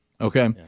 Okay